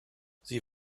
sie